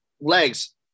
legs